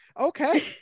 okay